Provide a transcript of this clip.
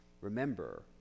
Remember